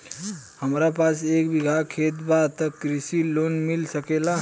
हमरा पास एक बिगहा खेत बा त कृषि लोन मिल सकेला?